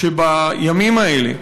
שבימים האלה,